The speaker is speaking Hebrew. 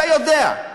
אתה יודע,